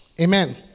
Amen